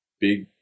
big